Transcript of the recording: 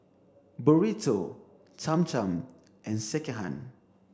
Burrito Cham Cham and Sekihan